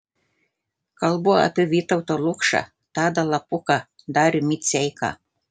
kalbu apie vytautą lukšą tadą labuką darių miceiką